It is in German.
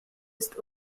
ist